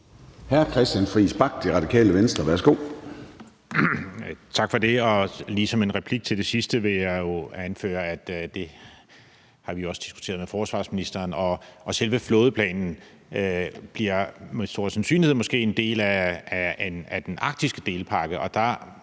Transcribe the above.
11:41 Christian Friis Bach (RV): Tak for det. Lige som en replik til det sidste vil jeg anføre, at det har vi også diskuteret med forsvarsministeren. Selve flådeplanen bliver med stor sandsynlighed måske en del af den arktiske delpakke,